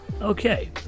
Okay